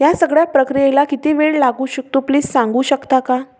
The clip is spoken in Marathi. या सगळ्या प्रक्रियेला किती वेळ लागू शकतो प्लीज सांगू शकता का